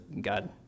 God